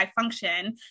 function